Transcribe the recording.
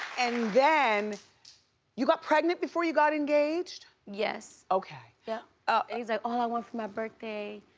and then you got pregnant before you got engaged. yes. okay. yeah ah he's like all i want for my birthday,